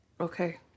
Okay